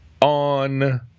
On